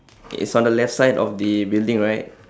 it's on the left side of the building right